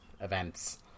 events